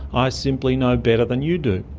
i simply know better than you do.